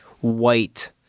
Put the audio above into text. white